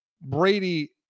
Brady